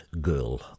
Girl